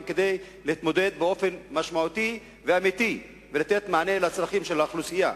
כדי להתמודד באופן משמעותי ואמיתי ולתת מענה על הצרכים של האוכלוסייה?